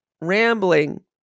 rambling